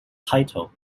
title